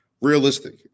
realistic